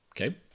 okay